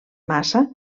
massa